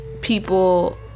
people